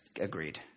Agreed